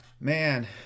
Man